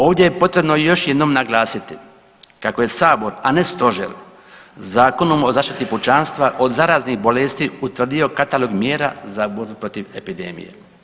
Ovdje je potrebno još jednom naglasiti kako je Sabor, a ne Stožer Zakonom o zaštiti pučanstva od zaraznih bolesti utvrdio katalog mjera za borbu protiv epidemije.